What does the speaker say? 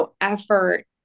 effort